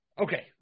Okay